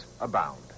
...abound